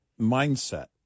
mindset